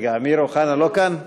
רגע, אמיר אוחנה לא כאן?